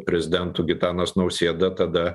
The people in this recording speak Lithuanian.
prezidentu gitanas nausėda tada